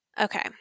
Okay